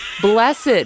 Blessed